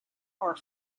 are